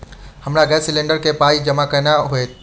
हमरा gas cylinder केँ पाई जमा केना हएत?